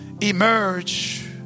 Emerge